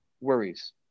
worries